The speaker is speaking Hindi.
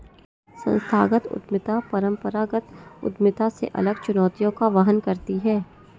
संस्थागत उद्यमिता परंपरागत उद्यमिता से अलग चुनौतियों का वहन करती है